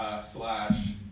Slash